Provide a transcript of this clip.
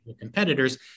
competitors